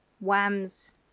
Whams